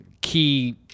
key